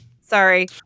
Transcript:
Sorry